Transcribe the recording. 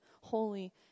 holy